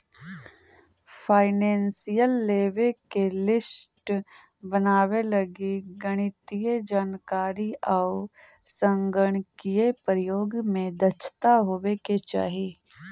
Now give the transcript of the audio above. financial लेवे के list बनावे लगी गणितीय जानकारी आउ संगणकीय प्रयोग में दक्षता होवे के चाहि